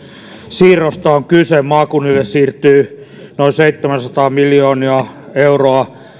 siirrosta on kyse maakunnille siirtyy noin seitsemänsataa miljoonaa euroa